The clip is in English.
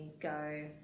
go